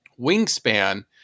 Wingspan